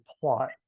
plot